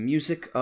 Music